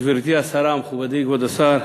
גברתי השרה, מכובדי כבוד השר,